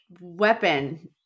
weapon